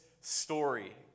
story